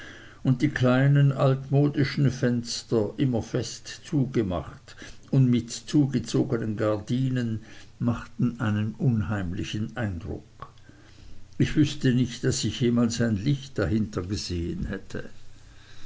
und die kleinen altmodischen fenster immer fest zugemacht und mit zugezogenen gardinen machten einen unheimlichen eindruck ich wüßte nicht daß ich jemals ein licht dahinter gesehen hätte